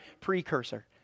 precursor